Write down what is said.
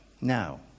Now